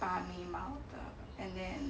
拔眉毛 and then